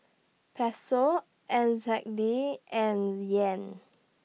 Peso N Z D and Yen